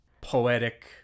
poetic